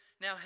now